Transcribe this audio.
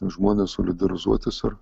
žmones solidarizuotis ar